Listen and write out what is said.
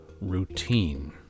routine